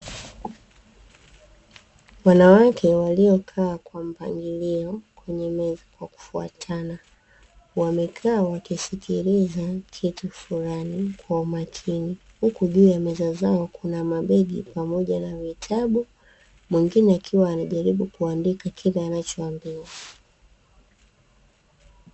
Wanawake waliokaa kwa mpangilio kwenye meza kwa kufuatana, wamekaa wakisikiliza kitu fulani kwa umakini, huku juu ya meza zao kuna mabegi pamoja na vitabu, mwingine akiwa anaandika wakijalibu kuandika kila wanachoambiwa.